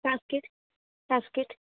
sanskrit sanskrit